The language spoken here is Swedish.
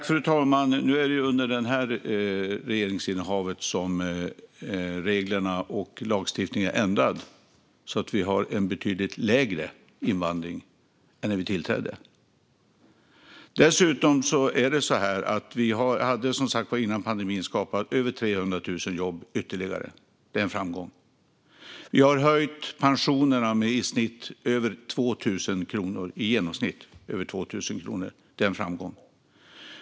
Fru talman! Nu är det ju under det här regeringsinnehavet som reglerna och lagstiftningen har ändrats så att vi har en betydligt lägre invandring än när vi tillträdde. Dessutom hade vi som sagt skapat över 300 000 jobb ytterligare innan pandemin. Det är en framgång. Vi har höjt pensionerna med i snitt över 2 000 kronor. Det är en framgång.